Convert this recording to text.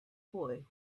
boy